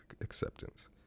acceptance